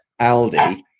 Aldi